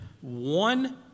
one